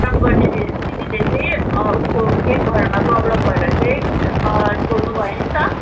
काम गर्ने दिदी दिदीले चाहिँ उसको केही घरमा प्रब्लम भएर चाहिँ छोड्नुभयो नि त